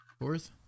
Fourth